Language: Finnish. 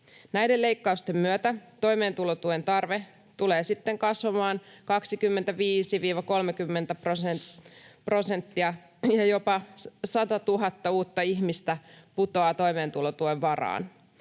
Näiden leikkausten myötä toimeentulotuen tarve tulee sitten kasvamaan 25—30 prosenttia ja jopa 100 000 uutta ihmistä putoaa toimeentulotuen varaan.